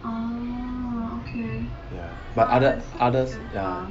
ya others others ya